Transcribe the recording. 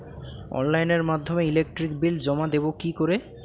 অনলাইনের মাধ্যমে electric bill জমা দেবো কি করে?